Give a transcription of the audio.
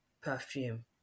perfume